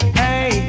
hey